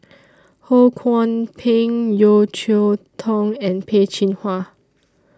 Ho Kwon Ping Yeo Cheow Tong and Peh Chin Hua